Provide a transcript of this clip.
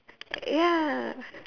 ya